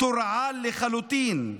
תורעל לחלוטין,